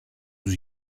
τους